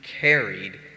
carried